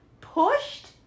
pushed